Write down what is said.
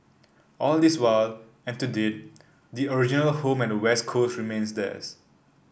all this while and to date the original home at West Coast remains theirs